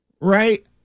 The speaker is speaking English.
right